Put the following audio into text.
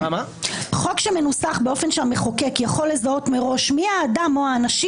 חוק שמנוסח באופן שהמחוקק יכול לזהות מראש מי האדם או האנשים